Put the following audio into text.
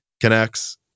connects